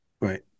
Right